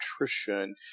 nutrition